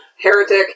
Heretic